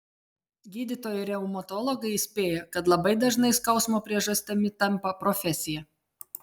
gydytojai reumatologai įspėja kad labai dažnai skausmo priežastimi tampa profesija